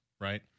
right